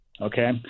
Okay